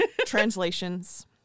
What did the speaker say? Translations